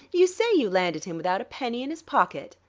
you say you landed him without a penny in his pocket?